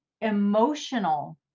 emotional